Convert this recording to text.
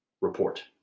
report